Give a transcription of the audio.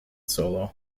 solo